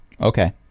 Okay